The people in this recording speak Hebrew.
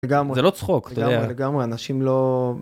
לגמרי. זה לא צחוק. לגמרי, לגמרי, אנשים לא...